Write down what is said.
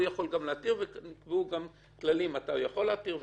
הוא יכול גם להתיר ויש כללים מתי הוא יכול להתיר וכולי.